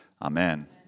Amen